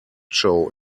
show